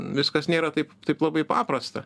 viskas nėra taip taip labai paprasta